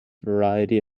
variety